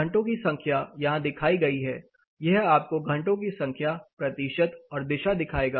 घंटों की संख्या यहां दिखाई गई है यह आपको घंटों की संख्या प्रतिशत और दिशा दिखाएगा